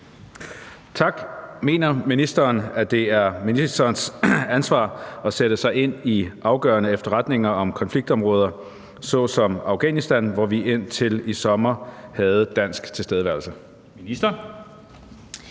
Tak. Mener ministeren, at det er ministerens ansvar at sætte sig ind i afgørende efterretninger om konfliktområder såsom Afghanistan, hvor vi indtil i sommer havde dansk tilstedeværelse? Kl.